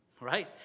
right